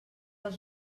els